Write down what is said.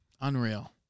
Unreal